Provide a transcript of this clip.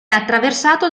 attraversato